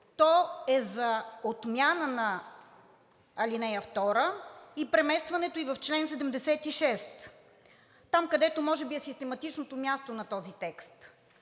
то е за отмяна на ал. 2 и преместването ѝ в чл. 76, там, където може би е систематичното място на този текст.